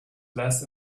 less